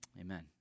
Amen